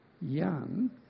young